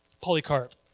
Polycarp